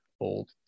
old